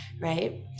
right